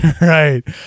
right